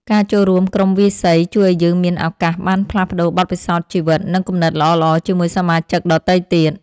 ការចូលរួមក្រុមវាយសីជួយឱ្យយើងមានឱកាសបានផ្លាស់ប្តូរបទពិសោធន៍ជីវិត និងគំនិតល្អៗជាមួយសមាជិកដទៃទៀត។